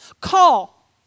call